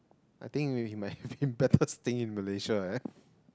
I think you might have been better staying in Malaysia eh